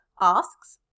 asks